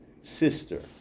sister